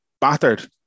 battered